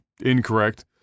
incorrect